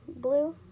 blue